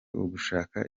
ugushaka